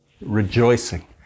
rejoicing